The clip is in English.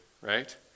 Right